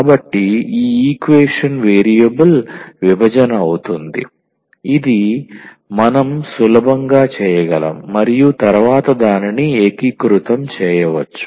కాబట్టి ఈ equation variable విభజన అవుతుంది ఇది మనం సులభంగా చేయగలము మరియు తరువాత దానిని ఏకీకృతం చేయవచ్చు